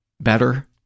better